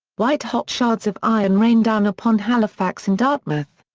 white-hot shards of iron rained down upon halifax and dartmouth.